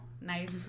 nice